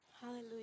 hallelujah